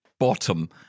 Bottom